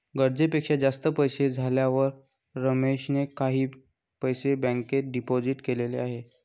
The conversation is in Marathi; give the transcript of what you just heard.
गरजेपेक्षा जास्त पैसे झाल्यावर रमेशने काही पैसे बँकेत डिपोजित केलेले आहेत